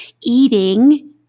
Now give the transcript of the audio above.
eating